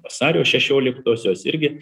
vasario šešioliktosios irgi